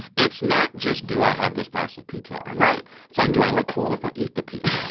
it's not just, do i have this slice of pizza or not? and right it's like, do i look cool if i eat the pizza?